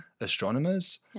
astronomers